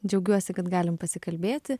džiaugiuosi kad galim pasikalbėti